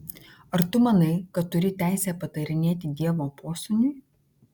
ar tu manai kad turi teisę patarinėti dievo posūniui